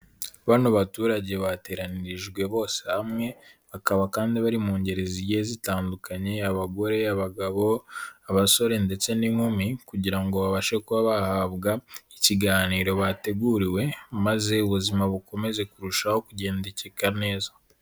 Bano baturage bateranijwe bose hamwe, bakaba kandi bari mu ngeri zigiye zitandukanye, abagore, abagabo, abasore ndetse n'inkumi, kugira ngo babashe kuba bahabwa ikiganiro bateguriwe maze ubuzima bukomeze kurushaho ku kugendakeka neza.